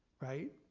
Right